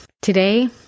today